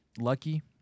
lucky